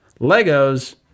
Legos